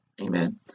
Amen